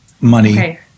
money